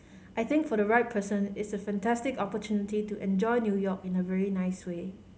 I think for the right person it's a fantastic opportunity to enjoy New York in a really nice way